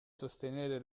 sostenere